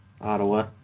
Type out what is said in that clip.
Ottawa